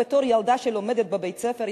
בתור ילדה שלומדת בבית-ספר,